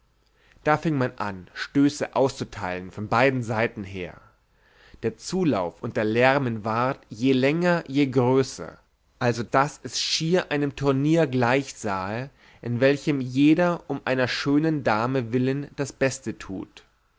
da fieng man an stöße auszuteilen von beiden seiten her der zulauf und der lärmen ward je länger je größer also daß es schier einem turnier gleichsahe in welchem jeder um einer schönen dame willen das beste tut